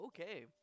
Okay